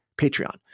patreon